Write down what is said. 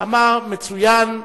אמר: מצוין,